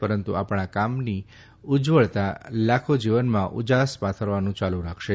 પરંતુ આપણ કામની ઉજ્જવળના લાખો જીવનમાં ઉજાસ પાથરવાનું ચાલુ રાખશે